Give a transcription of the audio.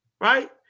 right